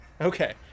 Okay